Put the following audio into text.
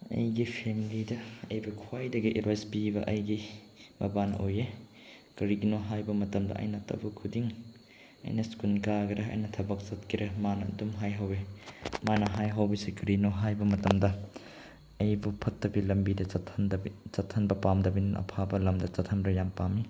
ꯑꯩꯒꯤ ꯐꯦꯃꯤꯂꯤꯗ ꯑꯩꯕꯨ ꯈ꯭ꯋꯥꯏꯗꯒꯤ ꯑꯦꯠꯚꯥꯏꯁ ꯄꯤꯕ ꯑꯩꯒꯤ ꯕꯕꯥꯅ ꯑꯣꯏ ꯀꯔꯤꯒꯤꯅꯣ ꯍꯥꯏꯕ ꯃꯇꯝꯗ ꯑꯩꯅ ꯇꯧꯕ ꯈꯨꯗꯤꯡ ꯑꯩꯅ ꯏꯁꯀꯨꯟ ꯀꯥꯒꯦꯔ ꯊꯕꯛ ꯆꯠꯀꯦꯔ ꯃꯥꯅ ꯑꯗꯨꯝ ꯍꯥꯏꯍꯧꯑꯦ ꯃꯥꯅ ꯍꯥꯏꯍꯧꯕꯁꯦ ꯀꯔꯤꯅꯣ ꯍꯥꯏꯕ ꯃꯇꯝꯗ ꯑꯩꯕꯨ ꯐꯠꯇꯕ ꯂꯝꯕꯤꯗ ꯆꯠꯍꯟꯕ ꯄꯥꯝꯗꯕꯅꯤꯅ ꯑꯐꯥꯕ ꯂꯝꯗ ꯆꯠꯍꯟꯕ ꯌꯥꯝ ꯄꯥꯝꯃꯤ